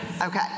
Okay